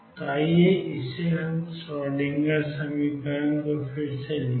तो आइए इसके लिए श्रोडिंगर समीकरण को फिर से लिखें